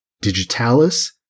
digitalis